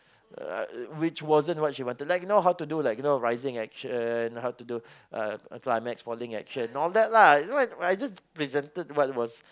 uh I which wasn't what she wanted like you know how to do like you know rising action how to do a a climax falling action all that lah you know I just I just presented what was